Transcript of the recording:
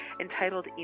entitled